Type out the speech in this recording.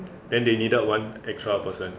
then they needed one extra person